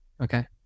Okay